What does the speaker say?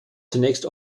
zunächst